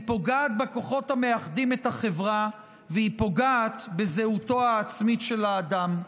היא פוגעת בכוחות המאחדים את החברה והיא פוגעת בזהותו העצמית של האדם.